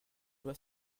loi